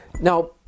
Now